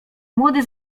młody